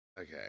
Okay